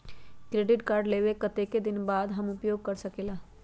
Credit card लेबे के कतेक दिन बाद हम उपयोग कर सकेला?